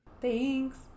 thanks